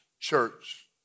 church